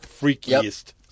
freakiest